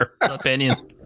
opinion